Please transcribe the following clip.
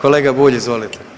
Kolega Bulj, izvolite.